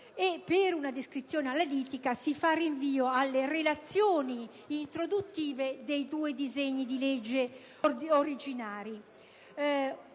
e, per una descrizione analitica, si fa rinvio alle relazioni introduttive ai due testi originari.